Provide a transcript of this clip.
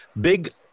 Big